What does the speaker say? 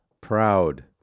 proud